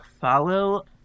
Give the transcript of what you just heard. follow